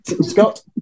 Scott